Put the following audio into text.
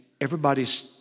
Everybody's